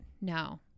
No